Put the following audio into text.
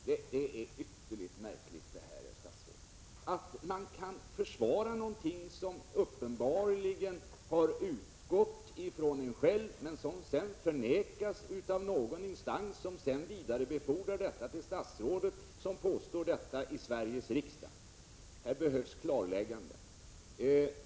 Det är ytterligt märkligt, herr statsråd, att man kan försvara någonting som uppenbarligen har utgått från vederbörande själv men som sedan förnekas av någon instans, vilken vidarebefordrar sina synpunkter till statsrådet, som uttalar sig i Sveriges riksdag. Här behövs klarlägganden.